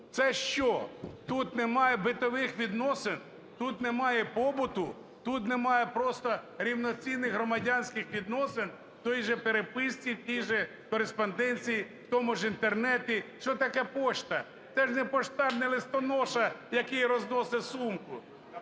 Це що тут немає бытовых відносин? Тут немає побуту? Тут немає просто рівноцінних громадянських відносин в тій же переписці, в тій же кореспонденції, в тому ж Інтернеті. Що таке пошта? Це ж не поштар, не листоноша, який розносить сумку